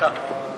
דקה.